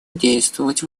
действовать